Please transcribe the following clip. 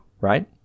right